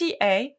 ta